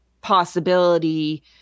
possibility